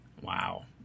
Wow